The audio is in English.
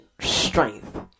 strength